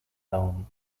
town